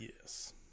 Yes